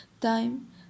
time